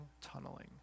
tunneling